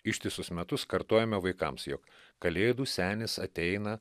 ištisus metus kartojame vaikams jog kalėdų senis ateina